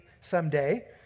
someday